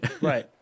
right